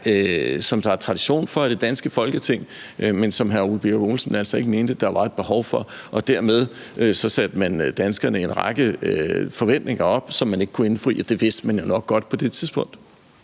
det, der er tradition for i det danske Folketing, men som hr. Ole Birk Olesen altså ikke mente der var et behov for. Dermed gav man danskerne en række forventninger, som man ikke kunne indfri, og det vidste man jo nok godt på det tidspunkt.